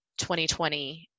2020